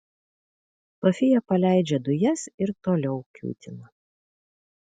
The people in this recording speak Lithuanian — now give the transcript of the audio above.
sofija paleidžia dujas ir toliau kiūtina